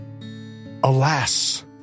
Alas